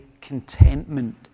contentment